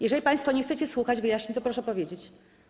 Jeżeli państwo nie chcecie słuchać wyjaśnień, to proszę powiedzieć.